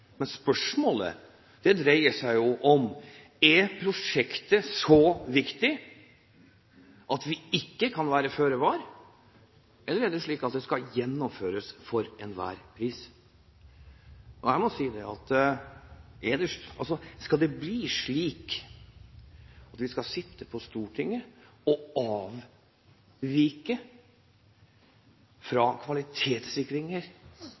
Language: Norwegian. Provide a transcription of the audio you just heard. men spørsmålet dreier seg jo om: Er prosjektet så viktig at vi ikke kan være føre var, eller er det slik at det skal gjennomføres for enhver pris? Skal det bli slik at vi skal sitte på Stortinget og avvike